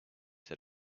set